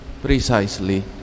precisely